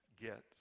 get